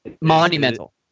Monumental